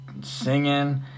singing